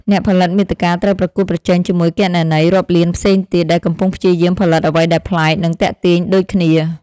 អ្នកផលិតមាតិកាត្រូវប្រកួតប្រជែងជាមួយគណនីរាប់លានផ្សេងទៀត ដែលកំពុងព្យាយាមផលិតអ្វីដែលប្លែក និងទាក់ទាញដូចគ្នា។